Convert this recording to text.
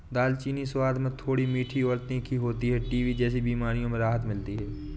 दालचीनी स्वाद में थोड़ी मीठी और तीखी होती है टीबी जैसी बीमारियों में राहत मिलती है